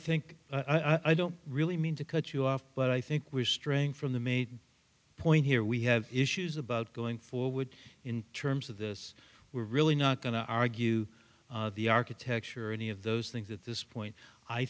think i don't really mean to cut you off but i think we're straying from the main point here we have issues about going forward in terms of this we're really not going to argue the architecture or any of those things that this point i